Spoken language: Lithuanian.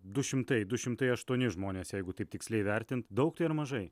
du šimtai du šimtai aštuoni žmonės jeigu taip tiksliai įvertint daug tai ar mažai